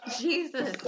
Jesus